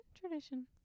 tradition